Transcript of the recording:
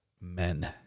Men